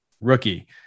rookie